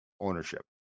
ownership